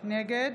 נגד